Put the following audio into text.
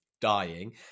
dying